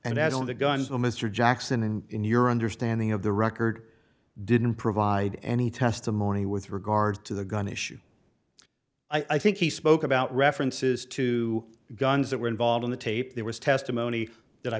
and as on the guns will mr jackson and in your understanding of the record didn't provide any testimony with regard to the gun issue i think he spoke about references to guns that were involved in the tape there was testimony that i